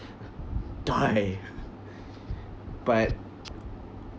die but